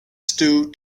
stew